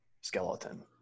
skeleton